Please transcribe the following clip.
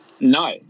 No